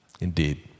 Indeed